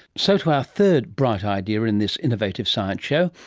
so to our third bright idea in this innovative science show,